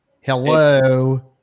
Hello